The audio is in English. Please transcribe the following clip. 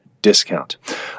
Discount